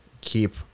keep